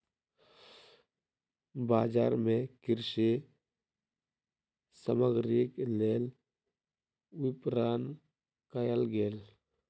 बजार मे कृषि सामग्रीक लेल विपरण कयल गेल